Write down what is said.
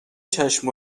چشم